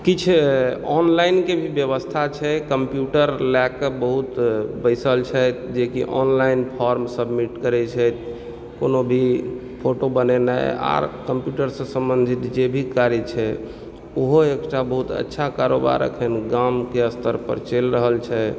किछु ऑनलाइन के भी व्यवस्था छै कम्प्यूटर लयके बहुत बैसल छथि जे कि ऑनलाइन फॉर्म सबमिट करै छथि कोनो भी फोटो बनेने आर कम्प्यूटर से सम्बन्धित जे भी कार्य छै ओहो एकटा बहुत अच्छा कारोबार अखन गामके स्तर पर चलि रहल छै